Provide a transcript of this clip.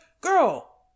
girl